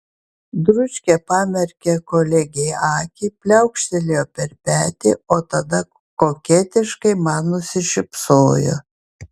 dručkė pamerkė kolegei akį pliaukštelėjo per petį o tada koketiškai man nusišypsojo